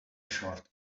short